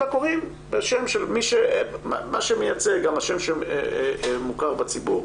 אלא קוראים בשם שמייצג, שם מוכר בציבור,